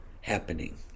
happening